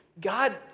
God